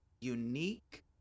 Unique